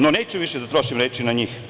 No, neću više da trošim na njih.